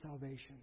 salvation